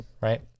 right